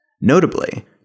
Notably